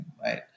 right